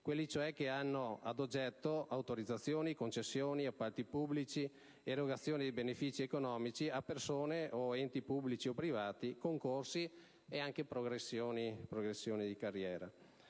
(quelli cioè che hanno ad oggetto autorizzazioni, concessioni, appalti pubblici, erogazioni di benefici economici a persone o enti pubblici o privati, concorsi e progressioni di carriera).